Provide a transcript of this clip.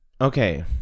Okay